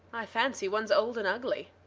i fancy one's old and ugly.